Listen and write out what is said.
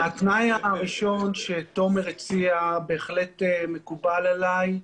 התנאי הראשון שתומר הציע בהחלט מקובל עלי.